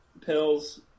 pills